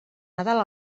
nadal